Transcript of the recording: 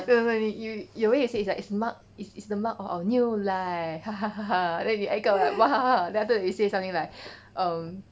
no no you you way you say is like mark is is the mark of our new life then 你 act 到 like then after that 你 say something like um